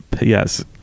yes